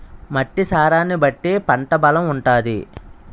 మట్టి సారాన్ని బట్టి పంట బలం ఉంటాది